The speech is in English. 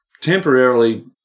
temporarily